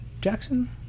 Jackson